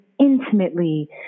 intimately